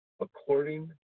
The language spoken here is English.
According